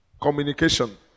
communication